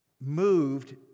moved